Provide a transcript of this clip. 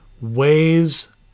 ways